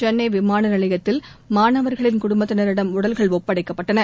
சென்னை விமான நிலையத்தில் மாணவர்களின் குடும்பத்தினரிடம் உடல்கள் ஒப்படைக்கப்பட்டன